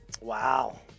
Wow